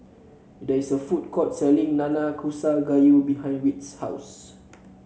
there is a food court selling Nanakusa Gayu behind Whit's house